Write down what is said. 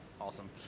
Awesome